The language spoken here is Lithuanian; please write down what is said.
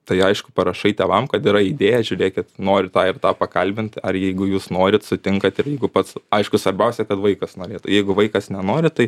tai aišku parašai tėvam kad yra įdėja žiūrėkit noriu tą ir tą pakalbint ar jeigu jūs norit sutinkat ir jeigu pats aišku svarbiausia kad vaikas norėtų jeigu vaikas nenori tai